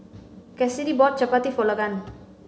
Cassidy bought Chapati for Logan